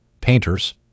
painters